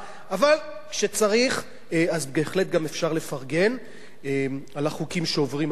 אבל כשצריך אז בהחלט גם אפשר לפרגן על החוקים שעוברים היום,